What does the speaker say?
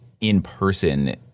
in-person